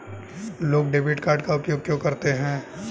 लोग debit card का उपयोग क्यों करते हैं?